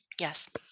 Yes